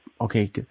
Okay